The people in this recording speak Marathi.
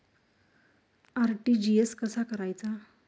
आर.टी.जी.एस कसा करायचा?